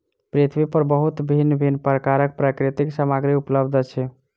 पृथ्वी पर बहुत भिन्न भिन्न प्रकारक प्राकृतिक सामग्री उपलब्ध अछि